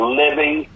living